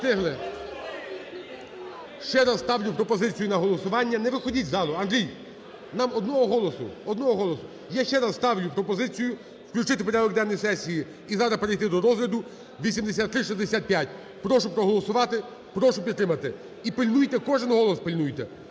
Ще раз ставлю пропозицію на голосування. Не виходіть із залу, Андрій, нам одного голосу, одного голосу... Я ще раз ставлю пропозицію включити в порядок денний сесії і зараз перейти до розгляду 8365. Прошу проголосувати, прошу підтримати. І пильнуйте, кожен голос пильнуйте.